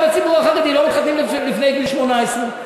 גם בציבור החרדי לא מתחתנים לפני גיל 18,